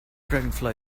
dragonfly